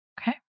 Okay